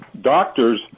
doctors